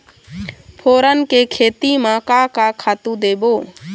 फोरन के खेती म का का खातू देबो?